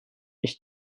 ich